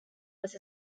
was